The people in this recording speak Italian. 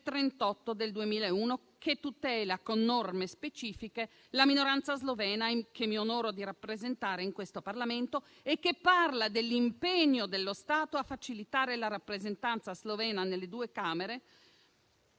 del 2001, che tutela con norme specifiche la minoranza slovena che mi onoro di rappresentare in questo Parlamento e che parla dell'impegno dello Stato a facilitare la rappresentanza slovena nelle due Camere